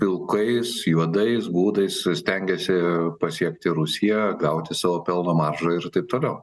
pilkais juodais būdais stengiasi pasiekti rusiją gauti savo pelno maržą ir taip toliau